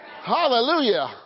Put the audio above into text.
Hallelujah